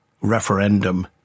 referendum